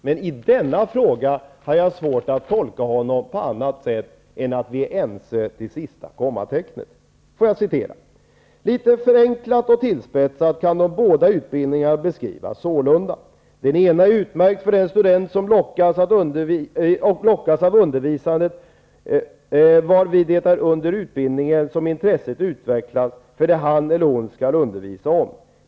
Men i denna fråga har jag svårt att tolka honom på ett annat sätt än att vi är ense till sista kommatecknet. Får jag citera: ''Litet förenklat och tillspetsat kan de båda utbidningarna beskrivas sålunda: Den enda är utmärkt för den student som lockas av undervisandet varvid det är under utbildningen som intresset utvecklas för det han eller hon skall undervisa om.